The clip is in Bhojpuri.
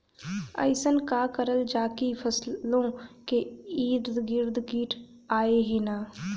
अइसन का करल जाकि फसलों के ईद गिर्द कीट आएं ही न?